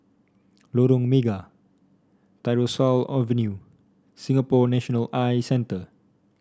Lorong Mega Tyersall Avenue Singapore National Eye Centre